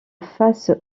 face